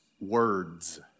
words